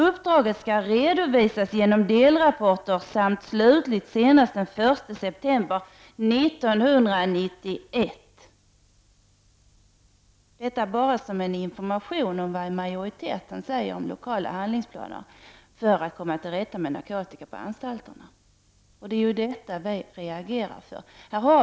Uppdraget skall redovisas genom delrapporter samt slutligt senast den I september 1991.” Detta är vad majoriteten säger om lokala handlingsplaner för att komma till rätta med narkotika på anstalterna. Det är på grund av detta som vi i centerpartiet reagerar.